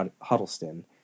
Huddleston